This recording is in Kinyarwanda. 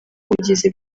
ubugizi